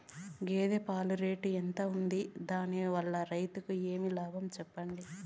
గేదె పాలు రేటు ఎంత వుంది? దాని వల్ల రైతుకు ఏమేం లాభాలు సెప్పండి?